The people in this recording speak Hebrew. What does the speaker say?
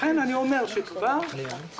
לכן אני אומר שכל הזמן,